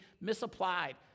misapplied